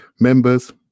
members